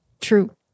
true